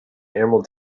emerald